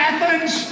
Athens